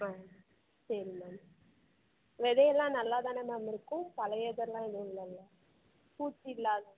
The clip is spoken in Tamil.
ஆ சரி மேம் வெதை எல்லாம் நல்லா தானே மேம் இருக்கும் பழைய இதெல்லாம் எதுவும் இல்லைல்ல பூச்சி இல்லாது